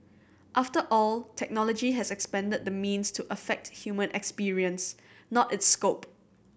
after all technology has expanded the means to affect human experience not its scope